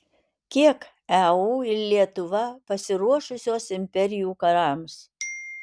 kiek eu ir lietuva pasiruošusios imperijų karams